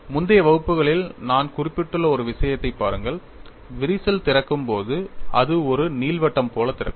முந்தைய வகுப்புகளில் நான் குறிப்பிட்டுள்ள ஒரு விஷயத்தைப் பாருங்கள் விரிசல் திறக்கும்போது அது ஒரு நீள்வட்டம் போல் திறக்கும்